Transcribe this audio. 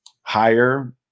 higher